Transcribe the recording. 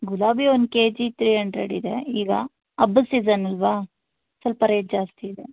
ಗುಲಾಬಿ ಒಂದು K G three ಹಂಡ್ರೆಡಿದೆ ಈಗ ಹಬ್ಬದ ಸೀಸನಲ್ವ ಸ್ವಲ್ಪ ರೇಟ್ ಜಾಸ್ತಿ ಇದೆ